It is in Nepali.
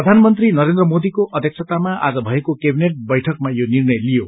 प्रधानमन्त्री नरेन्द्र मोदीको अध्यक्षतामा आज भएको केंबिनेट बैठकमा यो निर्णय लिइयो